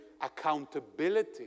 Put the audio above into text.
Accountability